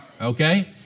okay